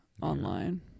online